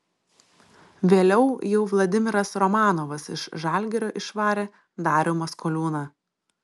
vėliau jau vladimiras romanovas iš žalgirio išvarė darių maskoliūną